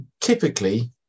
typically